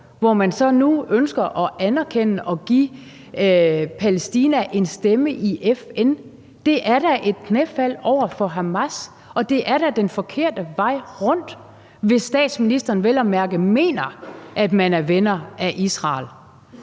hvor man så nu ønsker at anerkende og give Palæstina en stemme i FN. Det er da et knæfald over for Hamas, og det er da er den forkerte vej rundt, hvis statsministeren vel at mærke mener, at man er venner af Israel.